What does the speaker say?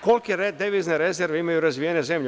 Kolike devizne rezerve imaju razvijene zemlje?